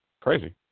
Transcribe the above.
Crazy